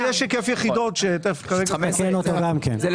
יש היקף יחידות.